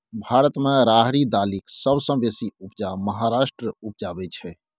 भारत मे राहरि दालिक सबसँ बेसी उपजा महाराष्ट्र उपजाबै छै